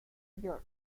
york